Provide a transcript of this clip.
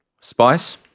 Spice